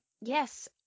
yes